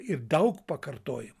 ir daug pakartojimų